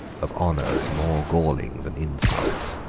of honours more galling than insults,